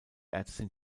ärztin